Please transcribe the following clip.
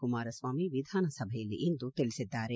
ಕುಮಾರಸ್ವಾಮಿ ವಿಧಾನಸಭೆಯಲ್ಲಿಂದು ತಿಳಿಸಿದ್ದಾರೆ